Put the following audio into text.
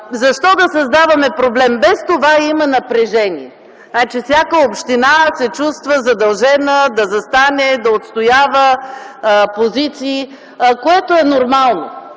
Защо да създаваме проблем? И без това има напрежение. Всяка община се чувства задължена да застане, да отстоява позиции, което е нормално.